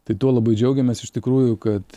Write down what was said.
tai tuo labai džiaugiamės iš tikrųjų kad